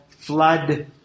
Flood